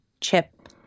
Chip